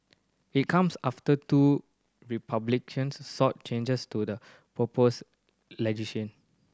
it comes after two Republicans sought changes to the proposed